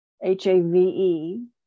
H-A-V-E